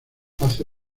hace